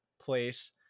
place